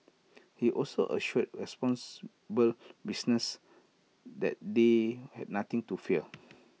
he also assured responsible business that they had nothing to fear